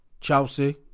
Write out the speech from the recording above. Chelsea